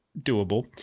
doable